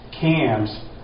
cams